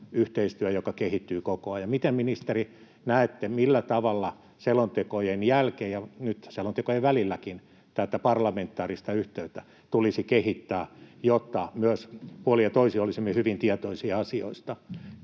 Nato-yhteistyössä, joka kehittyy koko ajan. Miten, ministeri, näette millä tavalla selontekojen jälkeen ja nyt selontekojen välilläkin tätä parlamentaarista yhteyttä tulisi kehittää, jotta myös puolin ja toisin olisimme hyvin tietoisia asioista?